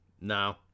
No